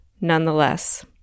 nonetheless